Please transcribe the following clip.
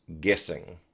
guessing